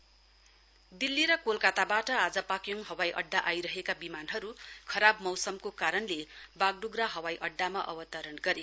Pakyong flight Delhi र कोलकताबाट आज पाक्योङ हवाइअङ्डा आईरहेका विमानहरू खराब मौसमको कारणले बागडोगरा हवाईअड्डामा अवतरण गरे